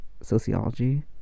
sociology